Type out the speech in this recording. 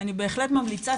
אני בהחלט ממליצה,